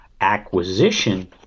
acquisition